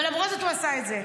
ולמרות זאת הוא עשה את זה.